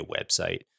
website